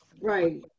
right